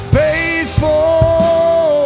faithful